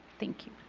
thank